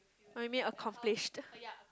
oh you mean accomplished